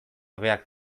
hobeak